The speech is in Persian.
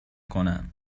کنم